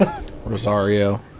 Rosario